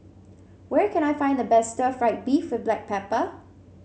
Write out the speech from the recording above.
where can I find the best Stir Fried Beef with Black Pepper